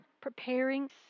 preparing